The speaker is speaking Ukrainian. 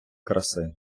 краси